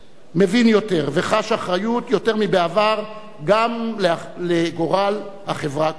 מבין יותר וחש אחריות יותר מבעבר גם לגורל החברה כולה.